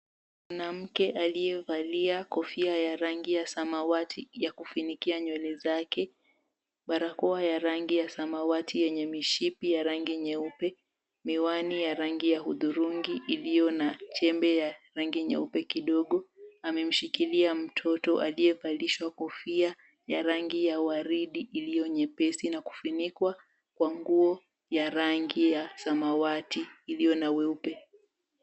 Mwanamke aliyevalia kofia ya rangi ya samawati ya kufunika nywele zake barakoa ya rangi ya samawati yenye mishipi ya rangi nyeupe, miwani ya rangi udhurungi iliyo na chembe ya rangi nyeupe kidogo. Amemshikilia mtoto aliyevalishwa kofia ya rangi ya waridi iliyo nyepesi na kufunikwa kwa nguo ya rangi ya samawati iliyo na weupe.